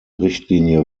richtlinie